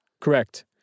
Correct